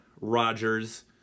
Rodgers